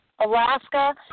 Alaska